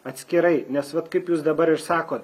atskirai nes vat kaip jūs dabar ir sakot